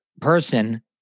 person